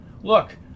look